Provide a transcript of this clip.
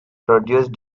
produced